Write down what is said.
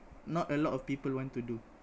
not a lot of people want to do